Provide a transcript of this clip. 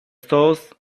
stalls